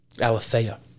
aletheia